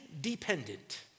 dependent